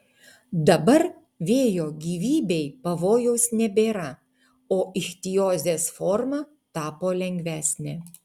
dabar vėjo gyvybei pavojaus nebėra o ichtiozės forma tapo lengvesnė